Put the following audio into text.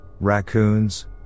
raccoons